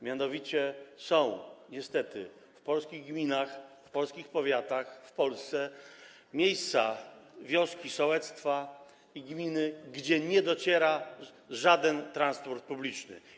Mianowicie są niestety w polskich gminach, w polskich powiatach, w Polsce miejsca, wioski, sołectwa i gminy, gdzie nie dociera żaden transport publiczny.